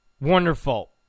wonderful